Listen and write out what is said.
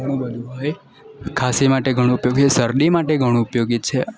ઘણું બધું હોય ખાંસી માટે ઘણું ઉપયોગી શરદી માટે ઘણું ઉપયોગી છે